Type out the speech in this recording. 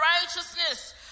righteousness